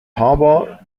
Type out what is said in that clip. harbour